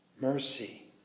mercy